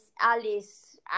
Alice